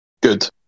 good